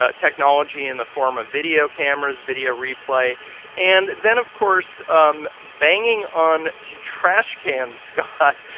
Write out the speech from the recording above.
ah technology in the form of video cameras, video replay and then, of course, um banging on trash cans, scott,